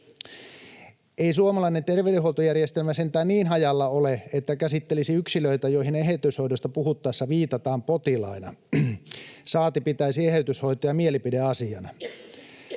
Ei suomalainen terveydenhuoltojärjestelmä sentään niin hajalla ole, että käsittelisi yksilöitä, joihin eheytyshoidoista puhuttaessa viitataan, potilaina, saati pitäisi eheytyshoitoja mielipideasiana.